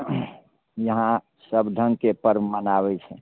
यहाँ सब ढङ्गके परब मनाबै छै